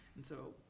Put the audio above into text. and so,